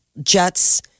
jets